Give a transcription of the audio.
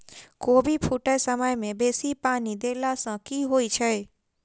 कोबी फूटै समय मे बेसी पानि देला सऽ की होइ छै?